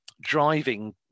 driving